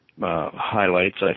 highlights